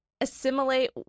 assimilate